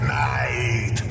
night